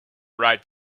right